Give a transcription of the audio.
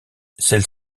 celle